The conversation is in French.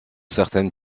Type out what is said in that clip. certaines